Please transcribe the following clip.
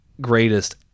greatest